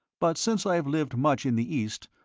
but since i have lived much in the east,